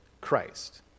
Christ